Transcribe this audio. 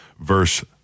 verse